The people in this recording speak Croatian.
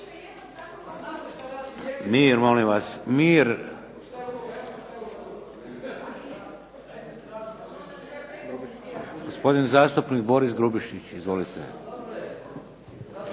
Mir molim vas! Gospodin zastupnik Boro Grubišić, izvolite.